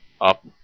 up